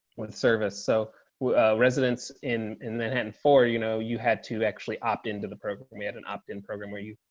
when service so residents in in manhattan for, you know, you had to actually opt into the program. he had an opt in program where you